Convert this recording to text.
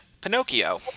Pinocchio